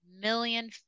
million